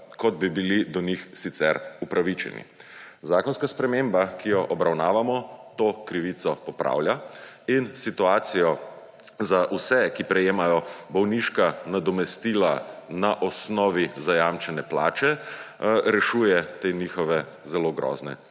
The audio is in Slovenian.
kot bi bili do njih sicer upravičeni. Zakonska sprememba, ki jo obravnavamo, to krivico popravlja in situacijo za vse, ki prejemajo bolniška nadomestila na osnovi zajamčene plače, rešuje te njihove zelo grozne